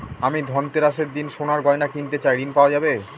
আমি ধনতেরাসের দিন সোনার গয়না কিনতে চাই ঝণ পাওয়া যাবে?